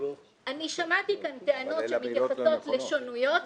אנחנו לוקחים בחשבון --- אלה אמירות לא נכונות.